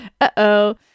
Uh-oh